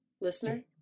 listener